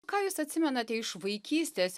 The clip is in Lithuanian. ką jūs atsimenate iš vaikystės